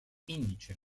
indice